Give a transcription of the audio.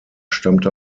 stammte